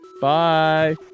Bye